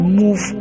move